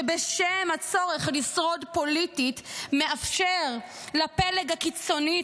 שבשם הצורך לשרוד פוליטית מאפשר לפלג הקיצוני